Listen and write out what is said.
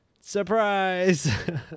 surprise